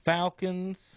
Falcons